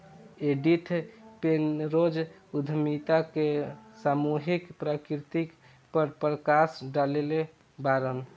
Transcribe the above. Edith Penrose उद्यमिता के सामूहिक प्रकृति पर प्रकश डलले बाड़न